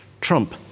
Trump